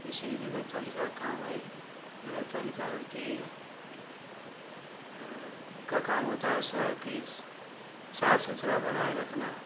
इसलिए नगरपालिका काम है नगरपालिका होती है उनका काम होता ही शहर के साफ सुथरा बनाए रखना